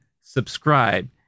subscribe